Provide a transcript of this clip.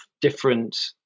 different